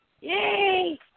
Yay